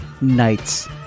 Nights